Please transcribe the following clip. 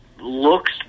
looks